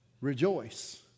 rejoice